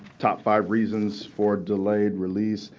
top five reasons for delayed release,